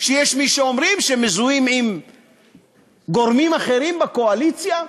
שיש מי שאומרים שמזוהים עם גורמים אחרים בקואליציה.